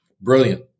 Brilliant